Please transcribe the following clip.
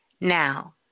Now